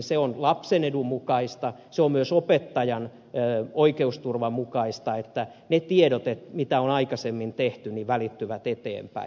se on lapsen edun mukaista ja se on myös opettajan oikeusturvan mukaista että tiedot siitä mitä on aikaisemmin tehty välittyvät eteenpäin